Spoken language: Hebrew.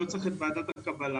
לא צריך את ועדות הקבלה.